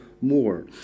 more